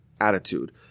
attitude